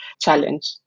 challenge